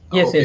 Yes